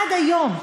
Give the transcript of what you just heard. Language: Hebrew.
עד היום,